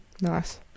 Nice